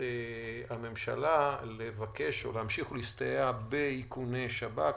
הממשלה להמשיך להסתייע באיכוני שב"כ,